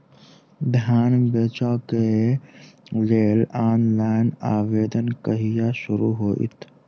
धान बेचै केँ लेल ऑनलाइन आवेदन कहिया शुरू हेतइ?